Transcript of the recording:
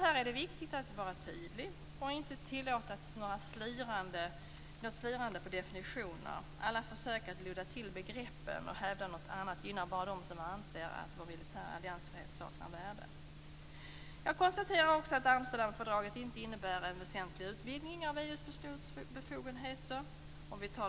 Här är det viktigt att vara tydlig och inte tillåta något slirande på definitionerna. Alla försök att ludda till begreppen och hävda något annat gynnar bara dem som anser att vår militära alliansfrihet saknar värde. Jag konstaterar också att Amsterdamfördraget inte innebär en väsentlig utvidgning av EU:s beslutsbefogenheter.